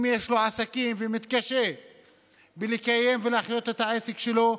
אם יש לו עסקים ומתקשה לקיים ולהחיות את העסק שלו,